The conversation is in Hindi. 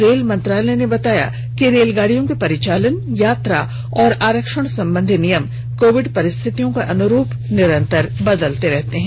रेल मंत्रालय ने बताया कि रेलगाडियों के परिचालन यात्रा और आरक्षण संबंधी नियम कोविड परिस्थितयों के अनुरूप निरन्तर बदलते रहते हैं